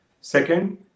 Second